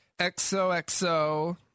XOXO